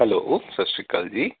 hello ਸਤਿ ਸ਼੍ਰੀ ਅਕਾਲ ਜੀ